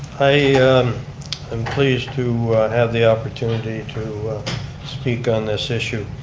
i am pleased to have the opportunity to speak on this issue.